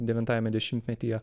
devintajame dešimtmetyje